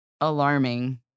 alarming